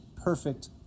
perfect